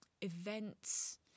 events